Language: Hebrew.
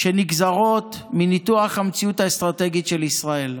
שנגזרות מניתוח המציאות האסטרטגית של ישראל.